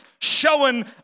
showing